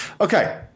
Okay